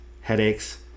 headaches